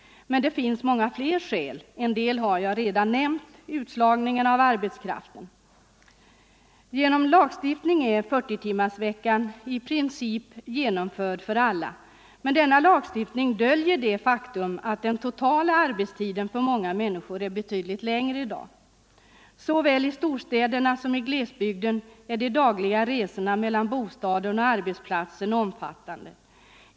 Men det finns många fler skäl. En del har jag redan nämnt, exempelvis utslagningen av arbetskraft. Genom lagstiftning är 40-timmarsveckan i princip genomförd för alla, men denna lagstiftning döljer det faktum att den totala arbetstiden för många människor är betydligt längre i dag. Såväl i storstäderna som i glesbygden är de dagliga resorna mellan bostaden och arbetsplatsen omfattande.